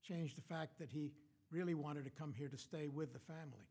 change the fact that he really wanted to come here to stay with the family